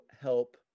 help